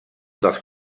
dels